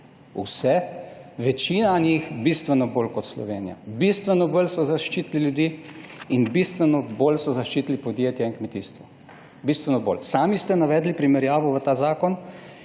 vse, večina njih bistveno bolj kot Slovenija, bistveno bolj so zaščitili ljudi in bistveno bolj so zaščitili podjetja in kmetijstvo, bistveno bolj. Sami ste navedli primerjavo v ta zakon